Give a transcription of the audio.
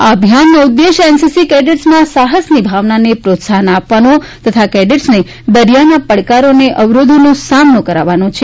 આ અભિયાનનો ઉદ્દેશ એનસીસી કેડેટ્સમાં સાહસની ભાવનાને પ્રોત્સાહન આપવાનો તથા કેડેટ્સને દરિયાનાં પડકારો અને અવરોધોનો સામનો કરાવવાનો છે